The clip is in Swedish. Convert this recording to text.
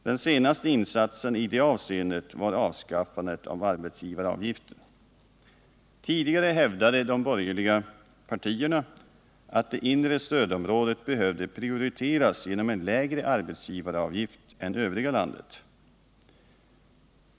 Den senaste insatsen i det avseendet var avskaffandet av arbetsgivaravgiften. Tidigare hävdade de borgerliga partierna att det inre stödområdet behövde prioriteras genom en lägre arbetsgivaravgift än övriga landet.